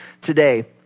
today